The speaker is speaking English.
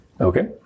Okay